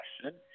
question